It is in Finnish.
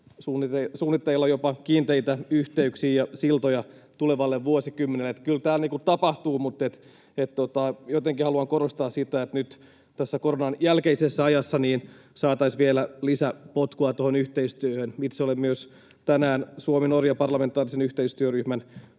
suunnitteilla, jopa kiinteitä yhteyksiä ja siltoja tulevalle vuosikymmenelle. Eli kyllä täällä tapahtuu, mutta jotenkin haluan korostaa sitä, että nyt tässä koronan jälkeisessä ajassa saataisiin vielä lisäpotkua tuohon yhteistyöhön. Itse olen tänään parlamentaarisen Suomi—Norja-yhteistyöryhmän